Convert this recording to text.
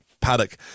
Paddock